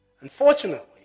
Unfortunately